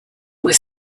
was